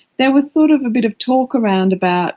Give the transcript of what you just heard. there was sort of a bit of talk around about